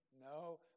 No